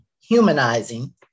humanizing